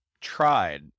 tried